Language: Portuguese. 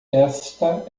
esta